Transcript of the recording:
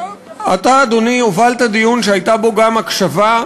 אתה, אדוני, הובלת דיון שהייתה בו גם הקשבה,